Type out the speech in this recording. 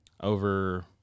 Over